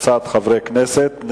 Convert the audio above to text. וקבוצת חברי הכנסת, קריאה ראשונה.